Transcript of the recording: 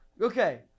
Okay